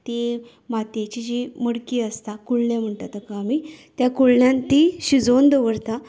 ती मातयेची जी मडकी आसता कुळणें म्हणटा तेका आमी त्या कुळण्यांत ती शिजोवन दवरतात